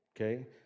okay